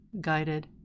guided